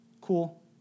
cool